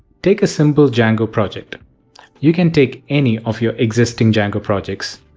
take a simple django project you can take any of your existing django projects.